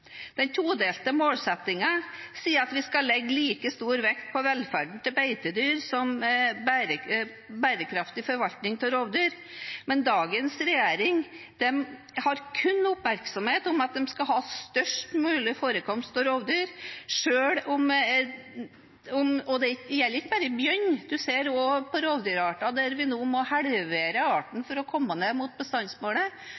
Den todelte målsettingen sier at vi skal legge like stor vekt på velferden til beitedyr som bærekraftig forvaltning av rovdyr, men dagens regjering har kun oppmerksomhet på at de skal ha størst mulig forekomst av rovdyr. Det gjelder ikke bare bjørn, man ser også rovdyrarter der vi nå må halvere